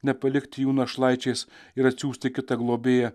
nepalikti jų našlaičiais ir atsiųsti kitą globėją